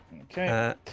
okay